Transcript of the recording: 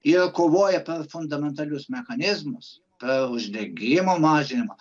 ir kovoja per fundamentalius mechanizmus per uždegimo mažinimą